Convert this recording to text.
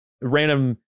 random